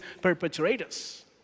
perpetrators